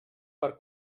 per